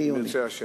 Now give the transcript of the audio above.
אם ירצה השם.